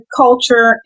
culture